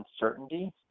uncertainty